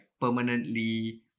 permanently